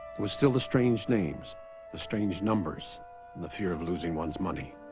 was still the strange names the strange numbers and the fear of losing one's money